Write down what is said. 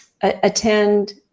attend